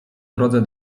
drodze